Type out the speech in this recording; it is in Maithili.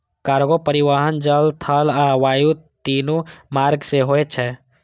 कार्गो परिवहन जल, थल आ वायु, तीनू मार्ग सं होय छै